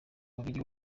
umubiri